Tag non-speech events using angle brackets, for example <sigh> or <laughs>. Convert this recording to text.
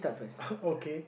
<laughs> okay